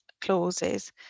clauses